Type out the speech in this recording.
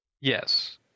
Yes